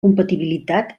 compatibilitat